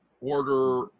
order